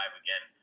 again